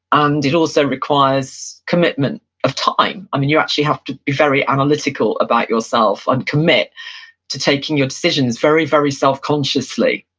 and it also requires commitment of time. i mean, you actually have to be very analytical about yourself, and commit to taking your decisions very, very self consciously.